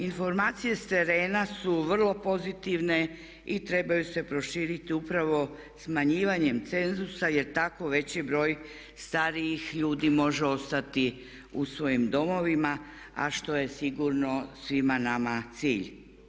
Informacije s terena su vrlo pozitivne i trebaju se proširiti upravo smanjivanjem cenzusa jer tako veći broj starijih ljudi može ostati u svojim domovima, a što je sigurno svima nama cilj.